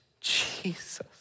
Jesus